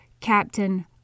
Captain